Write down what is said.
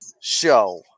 show